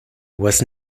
was